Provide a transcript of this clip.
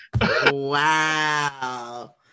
Wow